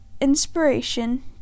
inspiration